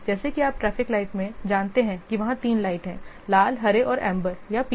जैसा कि आप ट्रैफिक लाइट में जानते हैं कि वहां तीन लाइट हैं लाल हरे और एम्बर या पीले